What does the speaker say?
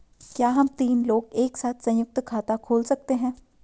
क्या हम तीन लोग एक साथ सयुंक्त खाता खोल सकते हैं?